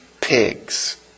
pigs